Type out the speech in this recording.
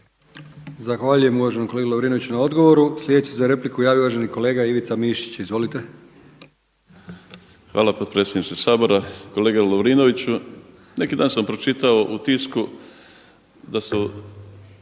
Zahvaljujem uvaženom kolegi Lovrinoviću na odgovoru. Sljedeći se za repliku javio uvaženi kolega Ivica Mišić. Izvolite. **Mišić, Ivica (Promijenimo Hrvatsku)** Hvala potpredsjedniče Sabora. Kolega Lovrinoviću, neki dan sam pročitao u Tisku da su